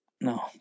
No